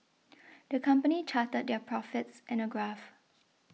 the company charted their profits in a graph